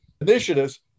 initiatives